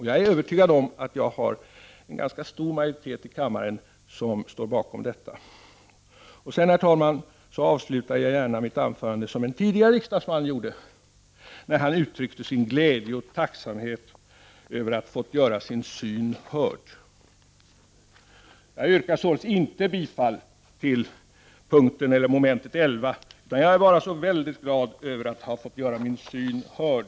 Jag är övertygad om att en ganska stor majoritet i kammaren står bakom detta. Herr talman! Jag avslutar gärna mitt anförande som en tidigare riksdagsman gjorde när han uttryckte sin glädje och tacksamhet över att han fått göra ”sin syn hörd”. Jag yrkar således inte bifall till utskottets hemställan under mom. 11, utan jag är mycket glad över att ha fått göra ”min syn hörd”.